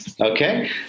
Okay